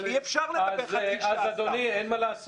אבל אי אפשר --- אדוני, אין מה לעשות.